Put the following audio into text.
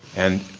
and